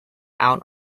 out